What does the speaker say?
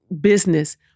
business